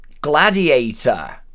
Gladiator